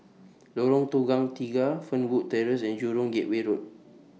Lorong Tukang Tiga Fernwood Terrace and Jurong Gateway Road